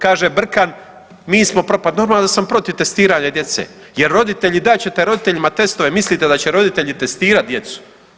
Kaže Brkan mi smo protiv, pa normalno da sam protiv testiranja djece jer roditelji, dat ćete roditeljima testove, mislite da će roditelji testirat djecu.